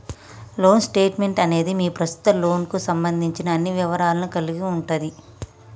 loan statement అనేది మీ ప్రస్తుత లోన్కు సంబంధించిన అన్ని వివరాలను కలిగి ఉంటది